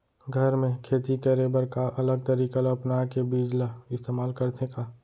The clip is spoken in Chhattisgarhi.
घर मे खेती करे बर का अलग तरीका ला अपना के बीज ला इस्तेमाल करथें का?